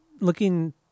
looking